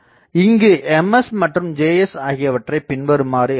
இங்கு Ms மற்றும் Js ஆகியவற்றைப் பின்வருமாறு எழுதலாம்